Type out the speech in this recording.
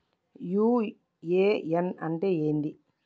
UAN అంటే ఏంది?